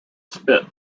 spit